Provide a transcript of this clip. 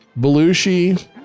Belushi